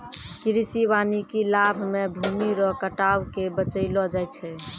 कृषि वानिकी लाभ मे भूमी रो कटाव के बचैलो जाय छै